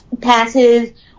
passes